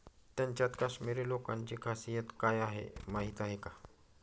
त्यांच्यात काश्मिरी लोकांची खासियत काय आहे माहीत आहे का?